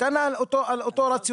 כנ"ל אותו רציונל.